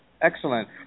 Excellent